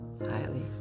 highly